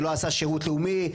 שלא עשה שירות לאומי.